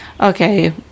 okay